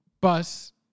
bus